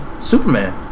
Superman